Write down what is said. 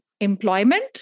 employment